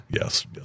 yes